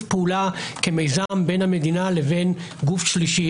פעולה כמיזם בין המדינה לבין גוף שלישי,